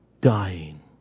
dying